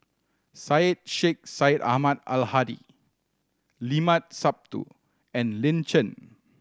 Syed Sheikh Syed Ahmad Al Hadi Limat Sabtu and Lin Chen